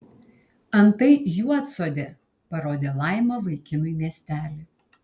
antai juodsodė parodė laima vaikinui miestelį